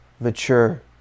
mature